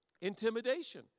Intimidation